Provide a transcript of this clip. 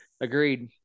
Agreed